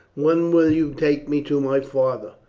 when will you take me to my father?